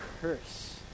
curse